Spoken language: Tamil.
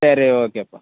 சரி ஓகேப்பா